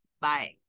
Bye